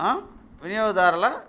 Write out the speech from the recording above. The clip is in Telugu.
వినియోగదారుల